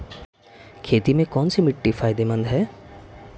खेती में कौनसी मिट्टी फायदेमंद है?